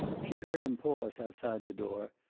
she heard him pause outside the door,